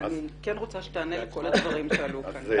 אני כן רוצה שתענה לכל הדברים שעלו כאן.